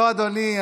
לא אדוני,